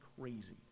crazy